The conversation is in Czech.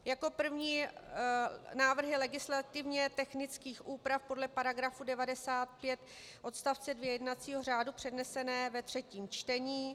Jako první jsou návrhy legislativně technických úprav podle § 95 odst. 2 jednacího řádu přednesené ve třetím čtení.